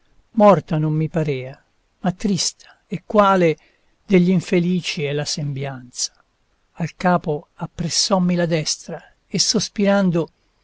morta non mi parea ma trista e quale degl'infelici è la sembianza al capo appressommi la destra e sospirando